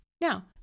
Now